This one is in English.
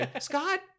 Scott